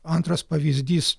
antras pavyzdys